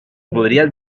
podrías